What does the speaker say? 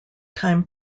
time